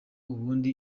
ubundi